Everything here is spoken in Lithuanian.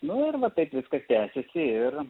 nu ir va taip viskas tęsiasi ir